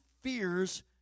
fears